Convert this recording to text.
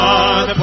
God